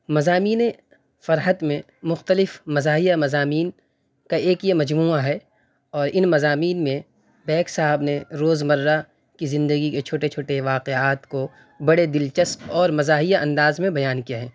مضامین فرحت میں مختلف مزاحیہ مضامین کا ایک یہ مجموعہ ہے اور ان مضامین میں بیگ صاحب نے روز مرہ کی زندگی کے چھوٹے چھوٹے واقعات کو بڑے دلچسپ اور مزاحیہ انداز میں بیان کیا ہے